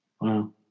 Wow